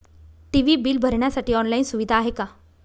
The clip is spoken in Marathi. टी.वी बिल भरण्यासाठी ऑनलाईन सुविधा आहे का?